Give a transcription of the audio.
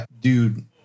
dude